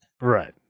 Right